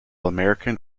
american